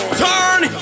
turn